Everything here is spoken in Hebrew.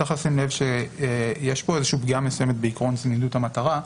צריך לשים לב שיש פה איזשהו פגיעה מסוימת בעיקרון זמינות המטרה.